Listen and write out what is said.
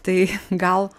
tai gal